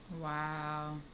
Wow